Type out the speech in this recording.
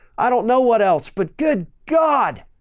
i don't know what else. but good god,